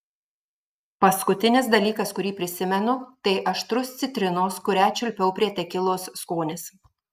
paskutinis dalykas kurį prisimenu tai aštrus citrinos kurią čiulpiau prie tekilos skonis